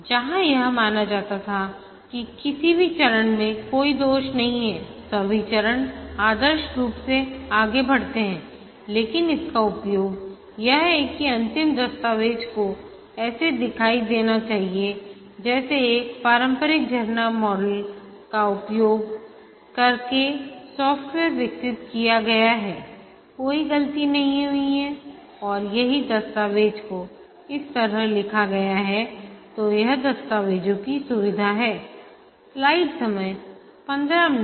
जहाँ यह माना जाता था कि किसी भी चरण में कोई दोष नहीं है सभी चरण आदर्श रूप से आगे बढ़ते हैं लेकिन इसका उपयोग यह है कि अंतिम दस्तावेज को ऐसे दिखाई देना चाहिए जैसे एक पारंपरिक झरना मॉडल का उपयोग करके सॉफ्टवेयर विकसित किया गया हैकोई गलती नहीं हुई है और यदि दस्तावेज़ को इस तरह लिखा गया है तो यह दस्तावेजों की सुविधाहै